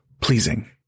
pleasing